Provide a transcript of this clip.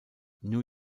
new